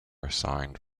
assigned